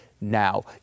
now